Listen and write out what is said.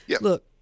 Look